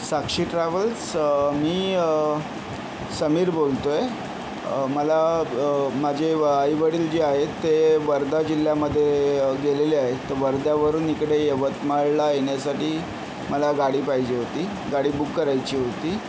साक्षी travels मी समीर बोलतो आहे मला माझे आईवडील जे आहेत ते वर्धा जिल्ह्यामध्ये गेलेले आहेत तर वर्ध्यावरून इकडे यवतमाळला येण्यासाठी मला गाडी पाहिजे होती गाडी बुक करायची होती